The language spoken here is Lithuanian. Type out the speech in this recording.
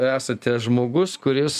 esate žmogus kuris